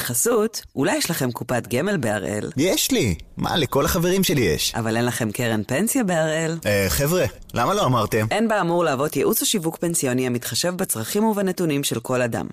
בחסות, אולי יש לכם קופת גמל בהראל? יש לי! מה, לכל החברים שלי יש. אבל אין לכם קרן פנסיה בהראל? אה, חבר'ה, למה לא אמרתם? אין באמור להוות ייעוץ או שיווק פנסיוני המתחשב בצרכים ובנתונים של כל אדם.